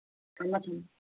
ꯊꯝꯃꯣ ꯊꯝꯃꯣ